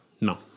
No